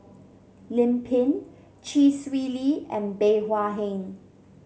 Lim Pin Chee Swee Lee and Bey Hua Heng